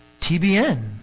TBN